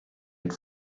had